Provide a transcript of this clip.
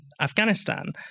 Afghanistan